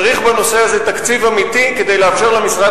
צריך בנושא הזה תקציב אמיתי כדי לאפשר למשרד